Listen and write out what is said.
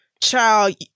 Child